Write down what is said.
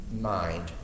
mind